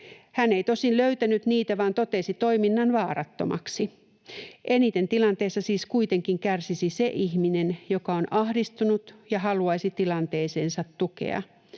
Hän ei tosin löytänyt niitä vaan totesi toiminnan vaarattomaksi. Eniten tilanteessa siis kuitenkin kärsisi se ihminen, joka on ahdistunut ja haluaisi tilanteeseensa tukea.